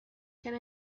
can